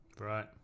Right